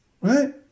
Right